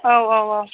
औ औ औ